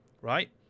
Right